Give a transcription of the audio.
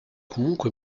comunque